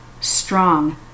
Strong